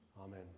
Amen